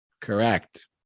Correct